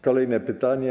Kolejne pytanie.